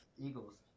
Eagles